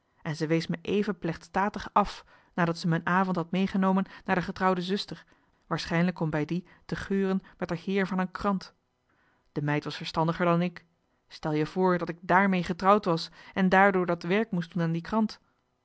en ze wees me even plechtstatig af nadat ze me een avond had meegenomen naar d'er getrouwde zuster waarschijnlijk om bij die te geuren met d'er heer van en krant de meid was verstandiger dan ik stel je voor dat ik dààrmee getrouwd was en daardoor dat werk moest doen aan die krant